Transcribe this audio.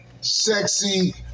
sexy